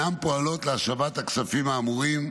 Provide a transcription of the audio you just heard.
והרשויות מצידן אינן פועלות להשבת הכספים האמורים,